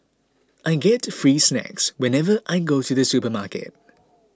I get free snacks whenever I go to the supermarket